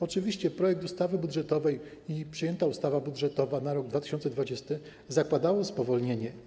Oczywiście projekt ustawy budżetowej i przyjęta ustawa budżetowa na rok 2020 zakładały spowolnienie.